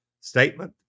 statement